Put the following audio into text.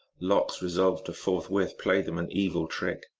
lox re solved to forthwith play them an evil trick,